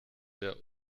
der